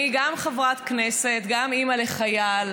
אני גם חברת כנסת, גם אימא לחייל,